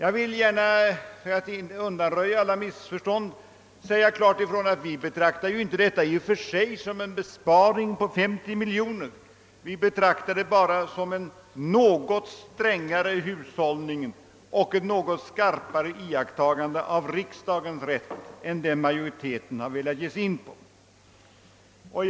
För att undanröja alla missförstånd vill jag gärna säga klart ifrån, att vi inte i och för sig betraktar vårt förslag som en besparing på 50 miljoner kronor utan bara som en något strängare hushållning och ett något skarpare iakttagande av riksdagens rätt än vad majoriteten har velat ge sig in på.